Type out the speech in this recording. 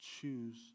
Choose